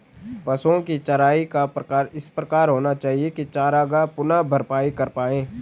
पशुओ की चराई का प्रकार इस प्रकार होना चाहिए की चरागाह पुनः भरपाई कर पाए